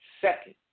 second